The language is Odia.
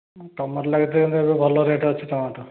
ଆଉ ଟୋମାଟୋ ଲାଗେଇଥିଲ ହେଲେ ଏବେ ଭଲ ରେଟ୍ ଅଛି ଟୋମାଟୋ